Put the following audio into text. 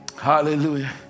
hallelujah